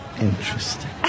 interesting